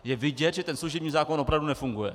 Je vidět, že ten služební zákon opravdu nefunguje.